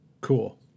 cool